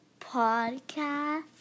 podcast